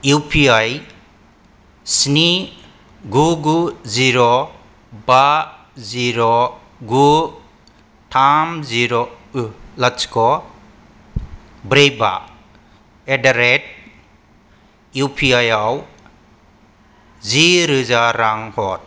U P I स्नि गु गु जिर' बा जिर' गु थाम जिर' लाथिख' ब्रै बा at the rate U P I आव जिरोजा रां हर